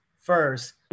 first